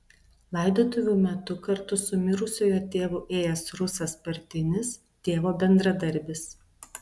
laidotuvių metu kartu su mirusiojo tėvu ėjęs rusas partinis tėvo bendradarbis